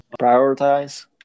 prioritize